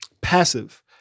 passive